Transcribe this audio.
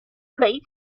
places